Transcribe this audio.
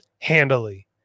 handily